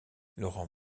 laurent